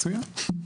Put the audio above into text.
מצוין.